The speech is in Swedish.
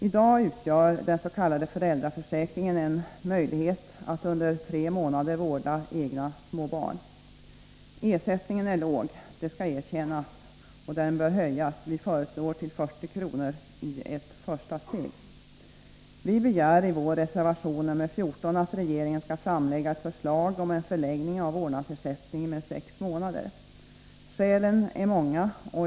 I dag utgör den s.k. föräldraförsäkringen en möjlighet att under tre månader vårda egna små barn. Ersättningen är låg — det skall erkännas — och den bör höjas. Vi föreslår en höjning till 40 kr. i ett första steg. Vi begär i vår reservation 14 att regeringen skall framlägga ett förslag om en förlängning av vårdnadsersättningen med sex månader. Skälen är många.